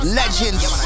legends